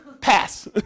Pass